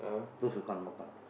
those who can't makan